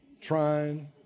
trying